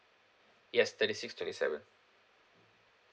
yes thirty six twenty seven